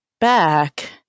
back